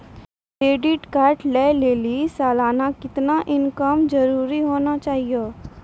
Credit card लय लेली सालाना कितना इनकम जरूरी होना चहियों?